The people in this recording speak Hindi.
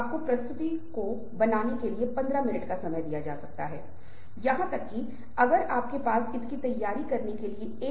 इसलिए इस पृष्ठभूमि को निर्धारित करते हुए अब देखते हैं कि हम आज क्या करने जा रहे हैं